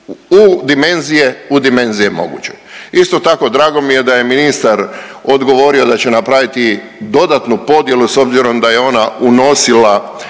to uglaviti u dimenzije mogućeg. Isto tako drago mi je da je ministar odgovorio da će napraviti dodatnu podjelu s obzirom da je ona unosila